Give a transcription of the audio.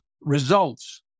results